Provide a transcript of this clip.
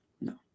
no